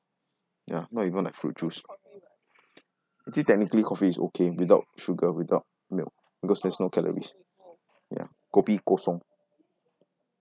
ya not even like fruit juice actually technically coffee is okay without sugar without milk because there's no calories ya kopi kosong